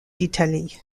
d’italie